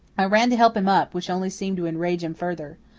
i ran to help him up, which only seemed to enrage him further.